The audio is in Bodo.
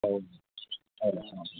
औ औ